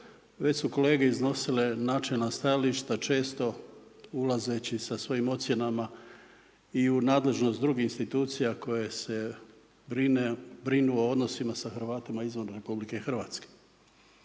već su kolege iznosile načelna stajališta često ulazeći sa svojim ocjenama i u nadležnost drugih institucija koje se brinu o odnosima sa Hrvatima izvan RH. Ali i upravo